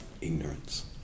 Ignorance